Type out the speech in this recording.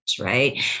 right